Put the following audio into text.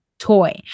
toy